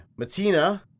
Matina